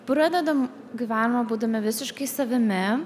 pradedam gyvenimą būdami visiškai savimi